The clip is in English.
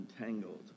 entangled